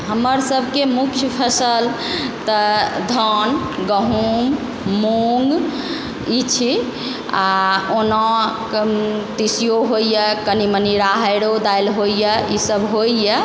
हमर सबके मुख्य फसल तऽ धान गहूम मूँग ई छी आओर ओना कनि तीसियो होइए कनि मनि राहरि दालि होइए ईसब होइए